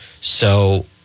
So-